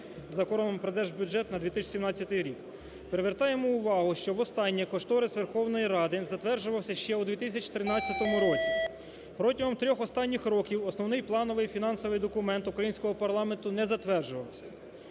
Законом про держбюджет на 2017 рік. Привертаємо увагу, що востаннє кошторис Верховної Ради затверджувався ще у 2013 році. Протягом трьох останніх років основний плановий і фінансовий документ українського парламенту не затверджувався.